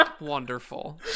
Wonderful